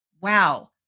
wow